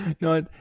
No